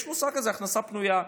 יש מושג כזה הכנסה פנויה.